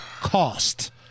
cost